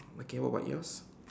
okay what about yours